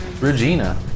Regina